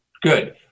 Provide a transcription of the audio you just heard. Good